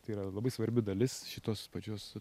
tai yra labai svarbi dalis šitos pačios